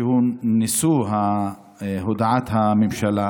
שהוא נשוא הודעת הממשלה,